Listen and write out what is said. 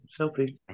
selfie